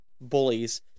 bullies